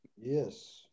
Yes